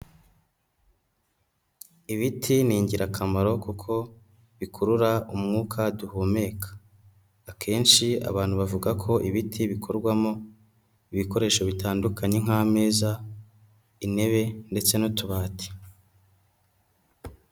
Ibiti ni ingirakamaro kuko bikurura umwuka duhumeka. Akenshi abantu bavuga ko ibiti bikorwamo ibikoresho bitandukanye nk'ameza, intebe ndetse n'utubati.